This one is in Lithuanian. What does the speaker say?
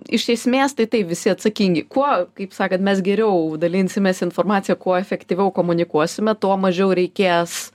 iš esmės tai taip visi atsakingi kuo kaip sakant mes geriau dalinsimės informacija kuo efektyviau komunikuosime tuo mažiau reikės